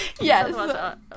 yes